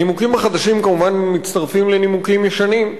הנימוקים החדשים כמובן מצטרפים לנימוקים הישנים.